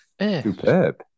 Superb